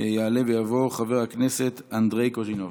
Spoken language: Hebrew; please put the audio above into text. מס' 255, 279 ו-288.